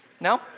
No